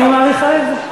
אני מעריכה את זה.